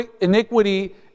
iniquity